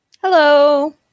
Hello